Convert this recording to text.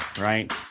right